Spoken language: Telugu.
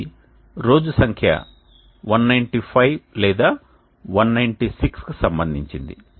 ఇది రోజు సంఖ్య 195 లేదా 196 కు సంబంధించినది